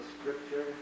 scripture